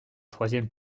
troisième